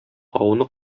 агуны